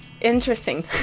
interesting